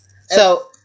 So-